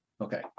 Okay